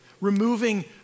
removing